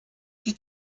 die